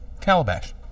Calabash